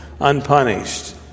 unpunished